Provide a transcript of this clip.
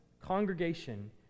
congregation